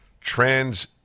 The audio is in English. Trans